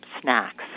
snacks